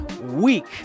week